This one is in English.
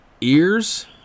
ears